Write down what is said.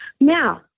Now